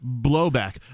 blowback